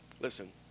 Listen